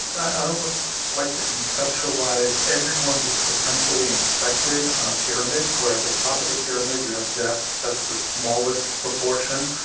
i almost like to conceptualise everyone who is potentially infected on a pyramid, where at the top of the pyramid you have deaths, that's the smallest proportion,